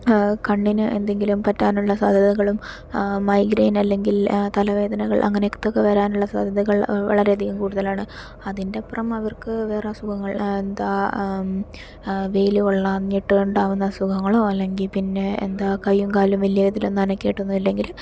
കണ്ണിന് എന്തെങ്കിലും പറ്റാനുള്ള സാധ്യതകളും മൈഗ്രൈൻ അല്ലെങ്കിൽ തലവേദനകൾ അങ്ങനത്തെയൊക്കെ വരാനുള്ള സാധ്യതകൾ വളരെയധികം കൂടുതലാണ് അതിൻ്റെ അപ്പുറം അവർക്ക് വേറെ അസുഖങ്ങൾ എന്താ വെയിൽ കൊള്ളാഞ്ഞിട്ട് ഉണ്ടാകുന്ന അസുഖങ്ങളോ അല്ലെങ്കിൽ പിന്നെ എന്താ കയ്യും കാലും വലിയ രീതിയിൽ അനക്കിയിട്ടൊന്നും ഇല്ലെങ്കിൽ